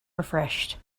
refreshed